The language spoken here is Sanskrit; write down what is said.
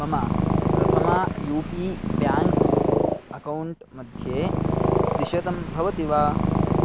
मम प्रथमा यू पी ब्याङ्क् अकौण्ट् मध्ये द्विशतं भवति वा